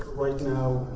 right now,